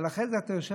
אבל אחרי זה אתה יושב,